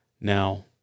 Now